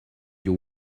your